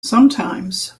sometimes